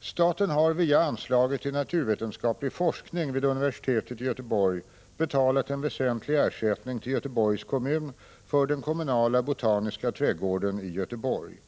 Staten har via anslaget till naturvetenskaplig forskning vid universitetet i Göteborg betalat en väsentlig ersättning till Göteborgs kommun för den kommunala botaniska trädgården i Göteborg.